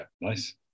nice